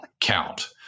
count